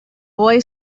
boy